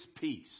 peace